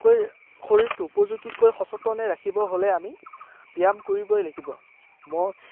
কৈ শৰীৰটো উপযোগীকৈ সযতনে ৰাখিব হ'লে আমি ব্যায়াম কৰিবই লাগিব মই